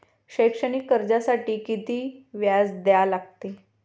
शैक्षणिक कर्जासाठी किती व्याज द्या लागते?